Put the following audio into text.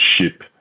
ship